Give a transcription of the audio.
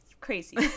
crazy